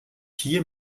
hier